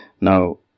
Now